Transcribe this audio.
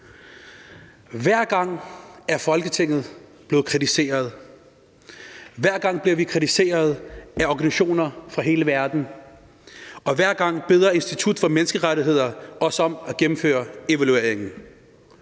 Hver gang er Folketinget blevet kritiseret, hver gang bliver vi kritiseret af organisationer fra hele verden, og hver gang beder Institut for Menneskerettigheder os om at gennemføre evalueringen.